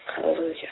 Hallelujah